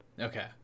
Okay